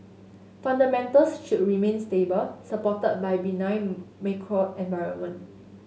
fundamentals should remain stable supported by the benign macro environment